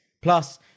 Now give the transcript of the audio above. Plus